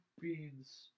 Beans